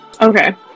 Okay